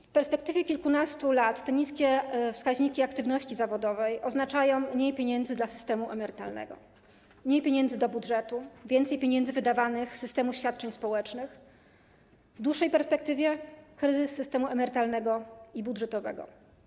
W perspektywie kilkunastu lat te niskie wskaźniki aktywności zawodowej oznaczają mniej pieniędzy dla systemu emerytalnego, mniej pieniędzy do budżetu, więcej pieniędzy wydawanych z systemu świadczeń społecznych, w dłuższej perspektywie kryzys systemu emerytalnego i budżetowego.